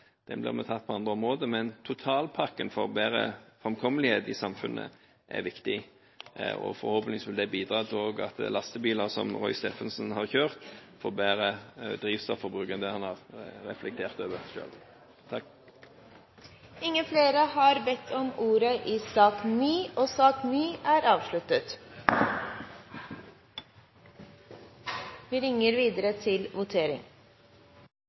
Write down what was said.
den blir tatt på andre områder, men totalpakken for bedre framkommelighet i samfunnet er viktig. Forhåpentligvis vil det også bidra til at lastebiler som Roy Steffensen har kjørt, får bedre drivstofforbruk enn det han selv har reflektert over.